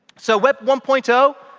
so web one point so